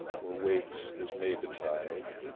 or wakes, as may betide,